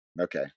okay